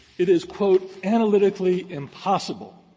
it is, quote, analytically impossible,